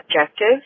objective